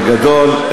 בגדול,